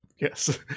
yes